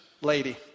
lady